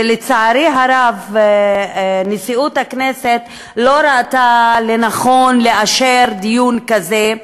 ולצערי הרב נשיאות הכנסת לא ראתה לנכון לאשר דיון כזה,